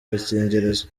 agakingirizo